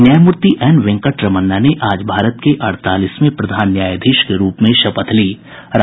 न्यायमूर्ति एन वेंकट रमन्ना ने आज भारत के अड़तालीसवें प्रधान न्यायाधीश के रूप में शपथ ग्रहण की